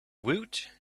woot